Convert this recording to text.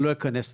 אני לא אכנס לזה,